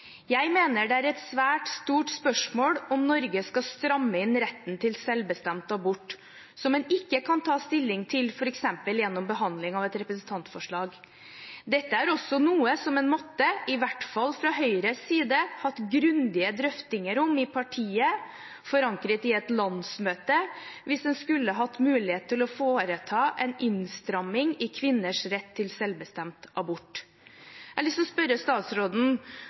«Jeg mener det er et svært stort spørsmål om Norge skal stramme inn retten til selvbestemt abort, som en ikke bare kan ta stilling til f.eks. gjennom behandling av et representantforslag. Dette er også noe som en måtte – i hvert fall fra Høyres side – hatt grundige drøftinger om i partiet, forankret i et landsmøte, hvis en skulle hatt mulighet til å foreta innstramminger i kvinners rett til selvbestemt abort.» Jeg har lyst til å spørre statsråden: